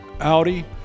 Audi